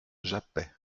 jappaient